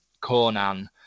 Conan